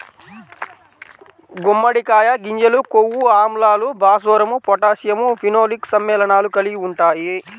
గుమ్మడికాయ గింజలు కొవ్వు ఆమ్లాలు, భాస్వరం, పొటాషియం, ఫినోలిక్ సమ్మేళనాలు కలిగి ఉంటాయి